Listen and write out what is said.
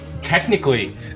Technically